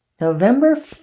November